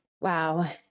Wow